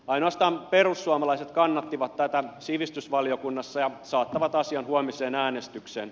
ainoastaan perussuomalaiset kannattivat tätä sivistysvaliokunnassa ja saattavat asian huomiseen äänestykseen